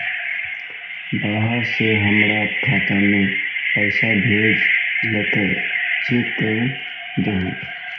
बाहर से हमरा खाता में पैसा भेजलके चेक कर दहु?